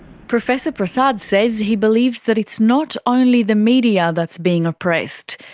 professor prasad says he believes that it's not only the media that's being oppressed.